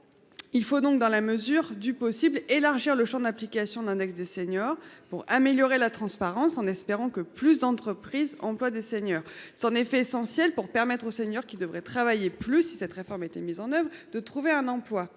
Il faut donc dans la mesure du possible, élargir le Champ d'application d'index des seniors pour améliorer la transparence en espérant que plus d'entreprise, emploi des seniors s'en effet essentiel pour permettre aux seniors qui devraient travailler plus si cette réforme était mise en oeuvre de trouver un emploi.